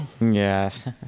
Yes